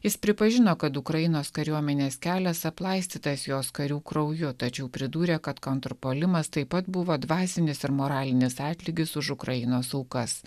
jis pripažino kad ukrainos kariuomenės kelias aplaistytas jos karių krauju tačiau pridūrė kad kontrpuolimas taip pat buvo dvasinis ir moralinis atlygis už ukrainos aukas